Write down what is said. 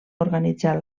organitzar